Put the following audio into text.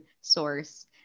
source